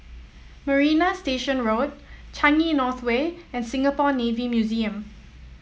Marina Station Road Changi North Way and Singapore Navy Museum